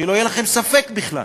שלא יהיה לכם ספק בכלל.